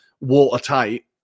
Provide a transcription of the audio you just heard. watertight